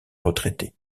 retraité